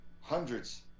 hundreds